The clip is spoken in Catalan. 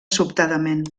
sobtadament